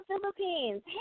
Philippines